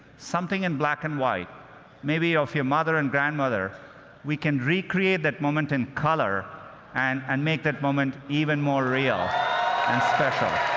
something in black and white maybe of your mother and grandmother we can recreate that moment in color and and make that moment even more real and special.